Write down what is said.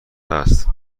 است